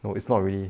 no it's not really